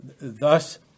thus